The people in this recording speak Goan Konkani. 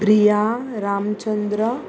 प्रिया रामचंद्र